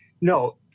No